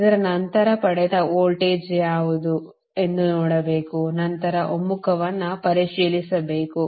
ಇದರ ನಂತರ ಪಡೆದ ವೋಲ್ಟೇಜ್ ಯಾವುದು ಎಂದು ನೋಡಬೇಕು ನಂತರ ಒಮ್ಮುಖವನ್ನು ಪರಿಶೀಲಿಸಬೇಕು